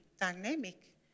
dynamic